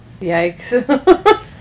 Yikes